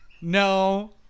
No